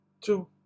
two